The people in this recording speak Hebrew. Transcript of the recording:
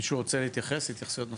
מישהו רוצה להתייחס, התייחסויות נוספות?